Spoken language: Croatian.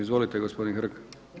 Izvolite gospodine Hrg.